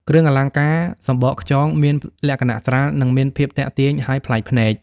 គ្រឿងអលង្ការសំបកខ្យងមានលក្ខណៈស្រាល និងមានភាពទាក់ទាញ ហើយប្លែកភ្នែក។